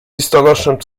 listonoszem